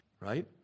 right